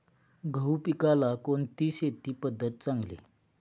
गहू पिकाला कोणती शेती पद्धत चांगली?